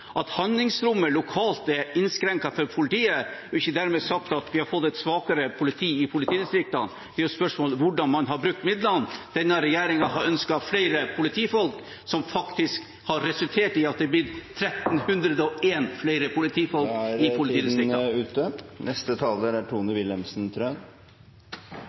at handlingsrommet lokalt er innskrenket for politiet. Det er ikke dermed sagt at vi har fått et svakere politi i politidistriktene. Det er spørsmål om hvordan man har brukt midlene. Denne regjeringen ønsker flere politifolk, noe som faktisk har resultert i at det har blitt 1 301 flere politifolk